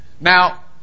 Now